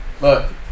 Look